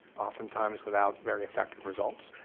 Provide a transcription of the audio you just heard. oftentimes without very effective results,